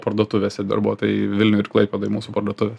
parduotuvėse darbuotojai vilniuj ir klaipėdoj mūsų parduotuvėse